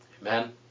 Amen